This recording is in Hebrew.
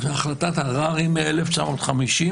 החלטת הררי מ-1950,